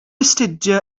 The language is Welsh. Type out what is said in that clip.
astudio